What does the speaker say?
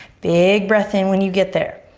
big breath in when you get there.